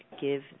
give